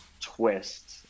twist